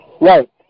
Right